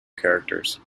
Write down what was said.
characters